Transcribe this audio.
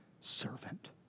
servant